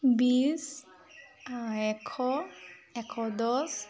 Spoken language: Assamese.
বিছ এশ এশ দছ